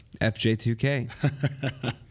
FJ2K